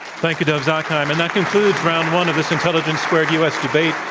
thank you, dov zakheim. and that concludes round one of this intelligence squared u. s. debate,